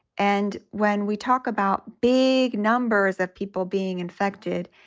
and when we talk about big numbers of people being infected,